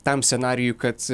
tam scenarijui kad